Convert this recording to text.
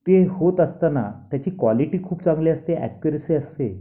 ते होत असताना त्याची क्वालिटी खूप चांगली असते ॲक्युरसी असते